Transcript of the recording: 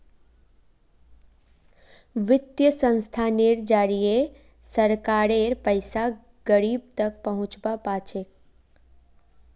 वित्तीय संस्थानेर जरिए सरकारेर पैसा गरीब तक पहुंच पा छेक